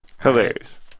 Hilarious